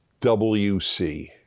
WC